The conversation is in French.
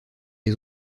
les